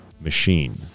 machine